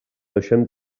deixem